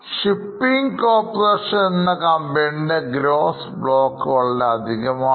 Shipping Corporation എന്ന കമ്പനിയുടെഗ്രോസ് block വളരെയധികമാണ്